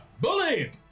bully